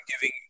giving